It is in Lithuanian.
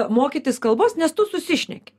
mokytis kalbos nes tu susišneki